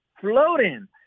floating